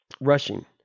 rushing